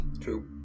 True